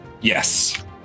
Yes